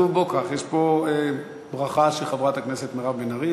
יש פה ברכה של חברת הכנסת מירב בן ארי,